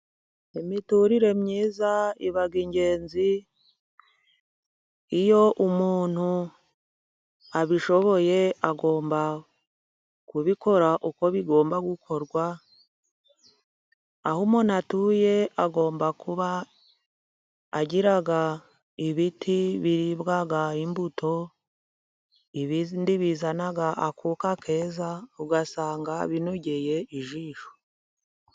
Imiturire myiza iba ingenzi iyo umuntu abishoboye , agomba kubikora uko bigomba gukorwa , aho umuntu atuye agomba kuba agira ibiti biribwa imbuto, ibindi bizana akuka keza ugasanga binogeye ijisho.